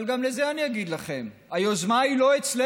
אבל גם על זה אני אגיד לכם: היוזמה היא לא אצלנו,